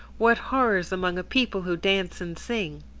what horrors among a people who dance and sing!